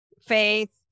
faith